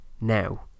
Now